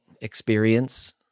experience